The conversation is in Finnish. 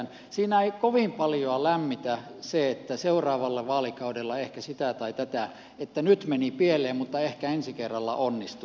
siinä ei kovin paljoa lämmitä se että seuraavalla vaalikaudella ehkä sitä tai tätä että nyt meni pieleen mutta ehkä ensi kerralla onnistuu